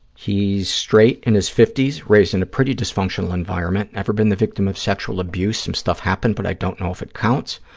he's straight, in his fifty s, raised in a pretty dysfunctional environment. ever been the victim of sexual abuse? some stuff happened but i don't know if it counts.